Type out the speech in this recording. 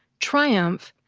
triumph,